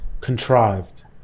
contrived